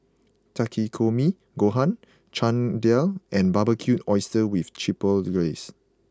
Takikomi Gohan Chana Dal and Barbecued Oysters with Chipotle Glaze